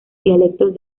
dialectos